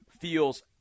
feels